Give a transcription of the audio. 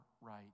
right